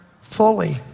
fully